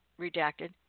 redacted